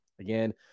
Again